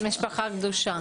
"המשפחה הקדושה".